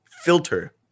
filter